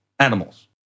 animals